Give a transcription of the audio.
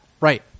Right